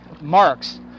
marks